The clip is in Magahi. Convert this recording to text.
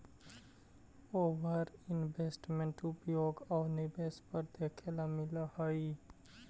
ओवर इन्वेस्टमेंट उपभोग आउ निवेश पर देखे ला मिलऽ हई